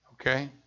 Okay